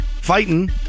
fighting